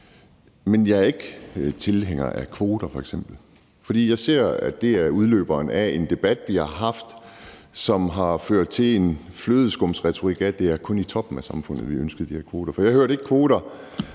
Men jeg er ikke tilhænger af f.eks. kvoter. Jeg ser, at det er en udløber af en debat, vi har haft, som har ført til en flødeskumsretorik, altså at det kun er i toppen af samfundet, vi ønsker de her kvoter. For jeg hørte ikke, at kvoter